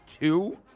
two